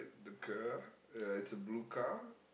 the the car ya it's a blue car